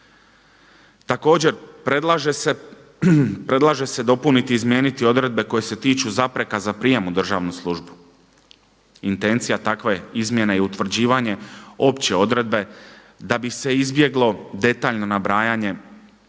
Također predlaže se dopuniti i izmijeniti odredbe koje se tiču zapreka za prijem u državnu službu. Intencija takve izmjene je utvrđivanje opće odredbe da bi se izbjeglo detaljno nabrajanje